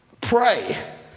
Pray